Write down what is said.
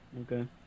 Okay